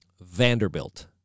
Vanderbilt